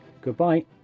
Goodbye